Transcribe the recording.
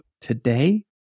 today